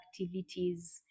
activities